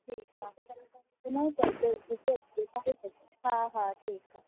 ठीकु आहे हिन में त हिते किथे हा हा ठीकु आहे